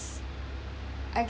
I